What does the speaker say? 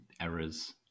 errors